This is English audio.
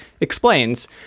explains